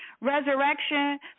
resurrection